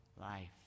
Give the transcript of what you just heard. life